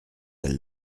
elle